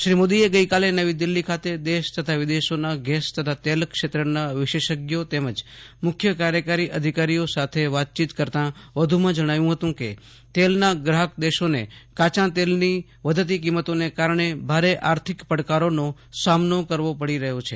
શ્રી મોદીએ ગઈકાલે નવી દિલ્હી ખાતે દેશ તથા વિદેશોના ગેસ તથા તેલક્ષેત્રના વિશેષજ્ઞો તેમજ મુખ્ય કાર્યકારી અધિકારીઓ સાથે વાતચીત કરતા વધુમાં જણાવ્યું હતું કે તેલના ગ્રાહક દેશોને કાયા તેલની વધતી કિંમતને કારણે ભારે આર્થિક પડકારોનો સામનો કરવો પડી રહ્યા છે